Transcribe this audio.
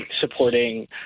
supporting